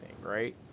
right